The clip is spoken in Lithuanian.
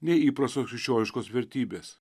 nei įprastos krikščioniškos vertybės